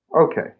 Okay